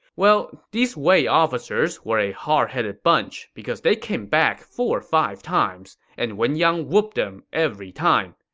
well, these wei officers were a hard-headed bunch, because they came back four or five times, and wen yang whupped them every time.